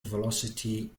velocity